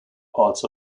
parts